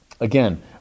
Again